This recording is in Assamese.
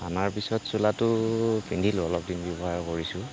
অনাৰ পিছত চোলাটো পিন্ধিলোঁ অলপদিন ব্যৱহাৰ কৰিছোঁ